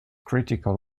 critical